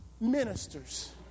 ministers